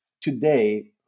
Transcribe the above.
today